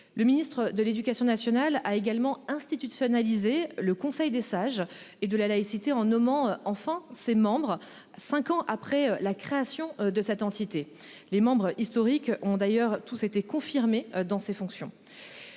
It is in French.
Le ministre de l'Éducation nationale a également institutionnalisé le conseil des sages et de la laïcité en nommant enfin ses membres. 5 ans après la création de cette entité. Les membres historiques ont d'ailleurs tous été confirmé dans ses fonctions.